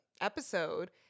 episode